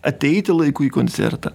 ateiti laiku į koncertą